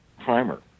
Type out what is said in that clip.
primer